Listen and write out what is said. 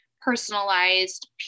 personalized